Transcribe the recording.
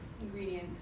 ingredient